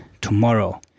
tomorrow